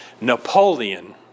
Napoleon